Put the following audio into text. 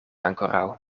ankoraŭ